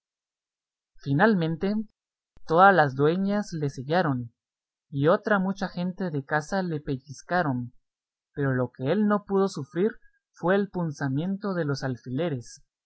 finalmente todas las dueñas le sellaron y otra mucha gente de casa le pellizcaron pero lo que él no pudo sufrir fue el punzamiento de los alfileres